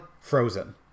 frozen